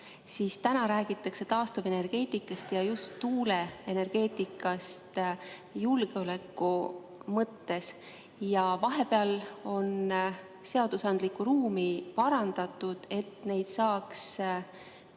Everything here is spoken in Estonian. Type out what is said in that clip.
siis täna räägitakse taastuvenergeetikast ja just tuuleenergeetikast julgeoleku mõttes. Vahepeal on seadusandlikku ruumi parandatud, et need